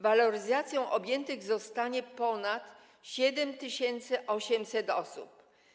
Waloryzacją objętych zostanie ponad 7800 tys. osób.